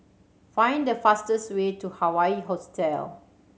find the fastest way to Hawaii Hostel